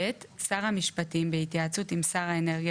(ב)שר המשפטים בהתייעצות עם שר האנרגיה